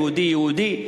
היהודי יהודי,